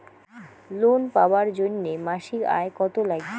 Loan পাবার জন্যে মাসিক আয় কতো লাগবে?